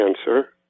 answer